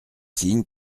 signe